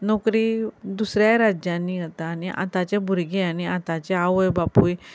नोकरी दुसऱ्याय राज्यांनी जाता आनी आतांचे भुरगे आनी आतांचे आवय बापूय